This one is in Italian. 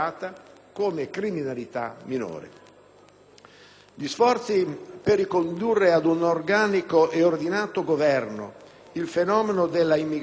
Gli sforzi per ricondurre ad un organico e ordinato governo il fenomeno dell'immigrazione (contrastando la criminalità